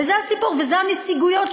ואלה הנציגויות,